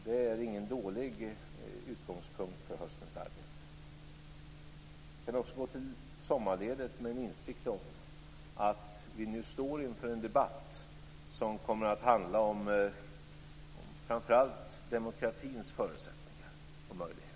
Det är ingen dålig utgångspunkt för höstens arbete. Ni kan också gå till sommarledigt med insikt om att vi nu står inför en debatt som kommer att handla framför allt om demokratins förutsättningar och möjligheter.